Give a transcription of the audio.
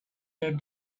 that